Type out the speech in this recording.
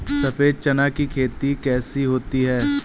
सफेद चना की खेती कैसे होती है?